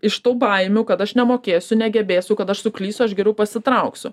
iš tų baimių kad aš nemokėsiu negebėsiu kad aš suklysiu aš geriau pasitrauksiu